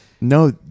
No